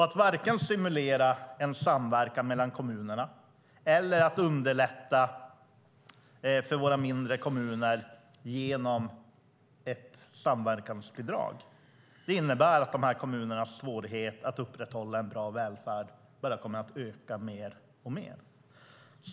Att varken stimulera en samverkan mellan kommunerna eller att underlätta för våra mindre kommuner genom ett samverkansbidrag innebär att de mindre kommunernas svårighet att upprätthålla en bra välfärd kommer att öka mer och mer.